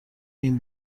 این